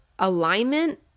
alignment